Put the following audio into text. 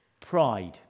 pride